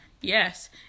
Yes